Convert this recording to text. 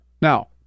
Now